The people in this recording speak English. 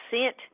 sent